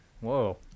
whoa